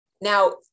Now